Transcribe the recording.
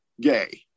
gay